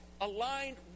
aligned